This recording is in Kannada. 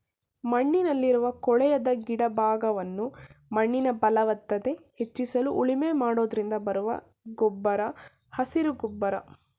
ಮಣ್ಣಲ್ಲಿರುವ ಕೊಳೆಯದ ಗಿಡ ಭಾಗವನ್ನು ಮಣ್ಣಿನ ಫಲವತ್ತತೆ ಹೆಚ್ಚಿಸಲು ಉಳುಮೆ ಮಾಡೋದ್ರಿಂದ ಬರುವ ಗೊಬ್ಬರ ಹಸಿರು ಗೊಬ್ಬರ